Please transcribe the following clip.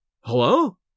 Hello